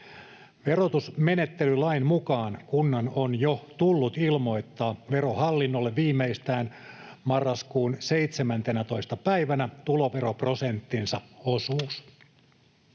Verotusmenettelylain mukaan kunnan on jo tullut ilmoittaa Verohallinnolle viimeistään marraskuun 17. päivänä tuloveroprosenttinsa osuus.